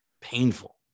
painful